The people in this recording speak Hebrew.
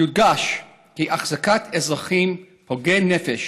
יודגש כי החזקת אזרחים פגועי נפש